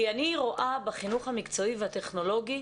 כי אני רואה בחינוך המקצועי והטכנולוגי